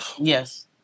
Yes